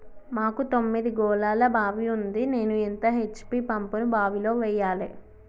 మాకు తొమ్మిది గోళాల బావి ఉంది నేను ఎంత హెచ్.పి పంపును బావిలో వెయ్యాలే?